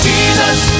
Jesus